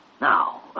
Now